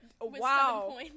Wow